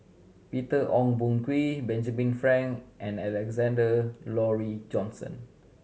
Peter Ong Boon Kwee Benjamin Frank and Alexander Laurie Johnston